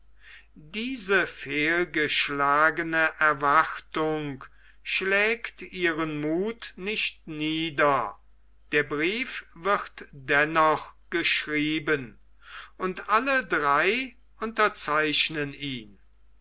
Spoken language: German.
diese fehlgeschlagene erwartung schlägt ihren muth nicht nieder der brief wird dennoch geschrieben und alle drei unterzeichnen ihn